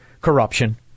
corruption